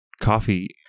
coffee